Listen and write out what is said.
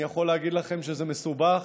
אני יכול להגיד לכם שזה מסובך.